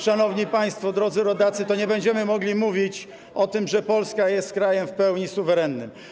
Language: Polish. szanowni państwo, drodzy rodacy, to nie będziemy mogli mówić o tym, że Polska jest krajem w pełni suwerennym.